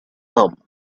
come